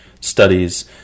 studies